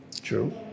True